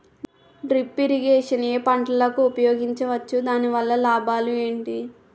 Drip irrigation ఏ పంటలకు ఉపయోగించవచ్చు? దాని వల్ల లాభాలు ఏంటి?